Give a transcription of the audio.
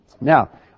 Now